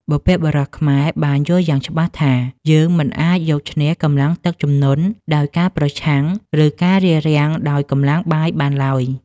បុព្វបុរសខ្មែរបានយល់យ៉ាងច្បាស់ថា យើងមិនអាចយកឈ្នះកម្លាំងទឹកជំនន់ដោយការប្រឆាំង ឬការរារាំងដោយកម្លាំងបាយបានឡើយ។